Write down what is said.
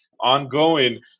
ongoing